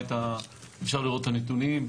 אפשר לראות את הנתונים.